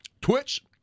Twitch